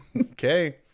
Okay